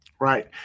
Right